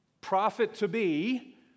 prophet-to-be